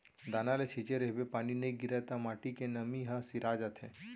दाना ल छिंचे रहिबे पानी नइ गिरय त माटी के नमी ह सिरा जाथे